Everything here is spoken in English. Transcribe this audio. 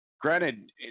granted